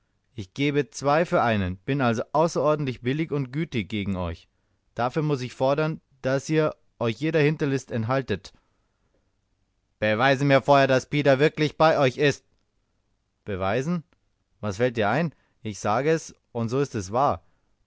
ich gebe zwei für einen bin also außerordentlich billig und gütig gegen euch dafür muß ich fordern daß ihr euch jeder hinterlist enthaltet beweise mir vorher daß pida wirklich bei euch ist beweisen was fällt dir ein ich sage es und so ist es wahr